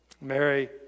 Mary